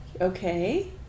Okay